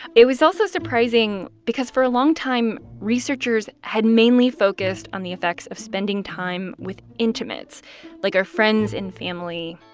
it was also surprising because for a long time researchers had mainly focused on the effects of spending time with intimates like our friends and family,